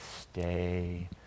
stay